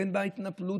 בין ההתנפלות